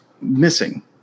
missing